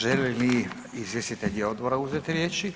Žele li izvjestitelji odbora uzeti riječi?